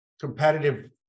competitive